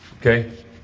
Okay